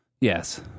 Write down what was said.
Yes